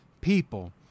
people